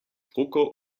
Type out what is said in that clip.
drucker